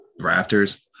Raptors